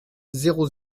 zéro